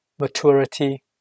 maturity